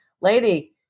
lady